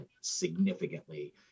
significantly